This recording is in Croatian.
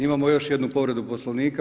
Imamo još jednu povredu Poslovnika.